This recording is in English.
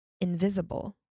invisible